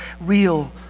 real